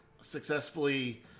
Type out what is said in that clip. successfully